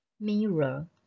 Mirror